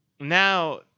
now